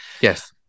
Yes